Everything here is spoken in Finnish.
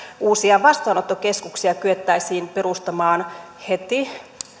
uusia vastaanottokeskuksia kyettäisiin perustamaan heti